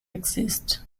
exist